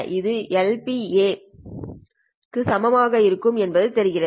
இது LaN க்கு சமமாக இருக்கும் என்பது தெரிகிறது